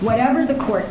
whatever the court